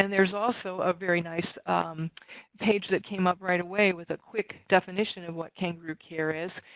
and there's also a very nice page that came up right away with a quick definition of what kangaroo care is.